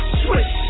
switch